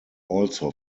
also